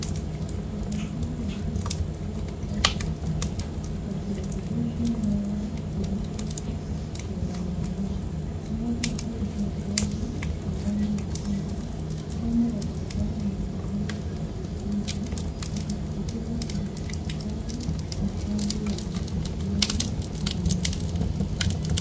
Wafanyi kazi wawili wamevalia vifaa vya usalama wakirekebisha nyaya kwenye nguzo ya barabarani moja akiwa juu ya ngazi ya rangi ya chungwa. Kona ya barabara imetengenezwa kwa vizuizi ikisisitiza tahadhari na kazi ya matengenezo ya miji.